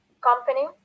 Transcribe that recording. company